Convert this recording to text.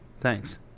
Thanks